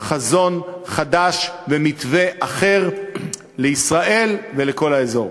חזון חדש ומתווה אחר לישראל ולכל האזור.